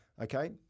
Okay